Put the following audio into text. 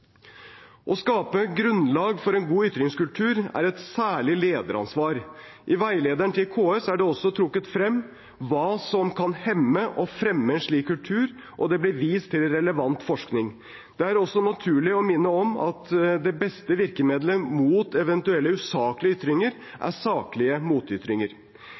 Å skape grunnlag for en god ytringskultur er et særlig lederansvar. I veilederen til KS er det også trukket frem hva som kan hemme og fremme en slik kultur, og det blir vist til relevant forskning. Det er også naturlig å minne om at det beste virkemiddelet mot eventuelle usaklige ytringer er saklige motytringer.